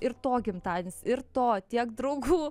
ir to gimtadienis ir to tiek draugų